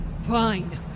Fine